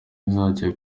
bazajya